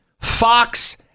Fox